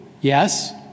Yes